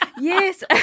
Yes